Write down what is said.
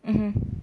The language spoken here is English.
mmhmm